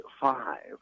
five